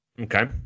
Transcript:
Okay